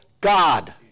God